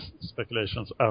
speculations